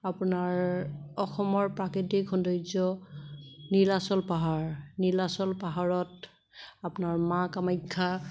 আপোনাৰ অসমৰ প্ৰাকৃতিক সৌন্দৰ্য নীলাচল পাহাৰ নীলাচল পাহাৰত আপোনাৰ মা কামাখ্যা